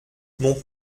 mon